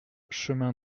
chemin